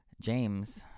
James